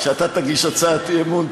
כשאתה תגיש הצעת אי-אמון,